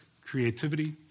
creativity